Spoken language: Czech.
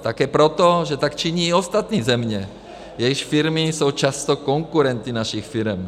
Také proto, že tak činí i ostatní země, jejichž firmy jsou často konkurenty našich firem.